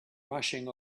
rushing